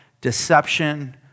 deception